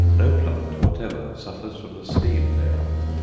no plant whatever suffers from the steam thereof.